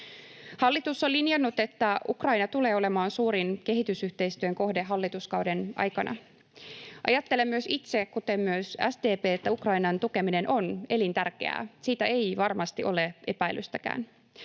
Hallitus on linjannut, että Ukraina tulee olemaan suurin kehitysyhteistyön kohde hallituskauden aikana. Ajattelen itse, kuten myös SDP, että Ukrainan tukeminen on elintärkeää, siitä ei varmasti ole epäilystäkään.